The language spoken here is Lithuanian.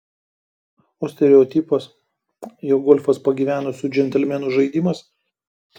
o stereotipas jog golfas pagyvenusių džentelmenų žaidimas